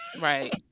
right